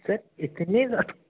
sir इतनी जा